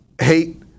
hate